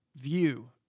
view